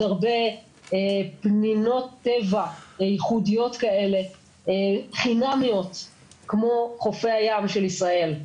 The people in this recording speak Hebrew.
הרבה פנינות טבע ייחודיות כאלה חינמיות כמו חופי הים של ישראל.